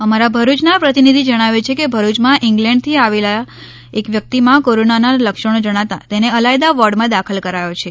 અમારા ભરૂચના પ્રતિનિધિ જણાવે છે કે ભરૂચમાં ઇંગ્લેન્ડથી આવેલી એક વ્યક્તિમાં કોરોનાના લક્ષણો જણાતાં તેને અલાયદા વોર્ડમાં દાખલ કરાયો છે